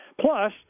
Plus